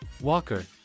Walker